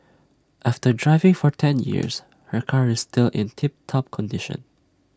after driving for ten years her car is still in tip top condition